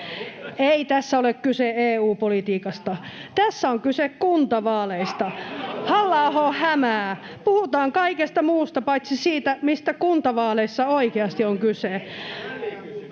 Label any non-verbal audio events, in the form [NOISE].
Ei tässä ole kyse EU-politiikasta. Tässä on kyse kuntavaaleista. [NOISE] Halla-aho hämää. Puhutaan kaikesta muusta paitsi siitä, mistä kuntavaaleissa oikeasti on kyse.